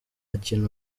kintu